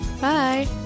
Bye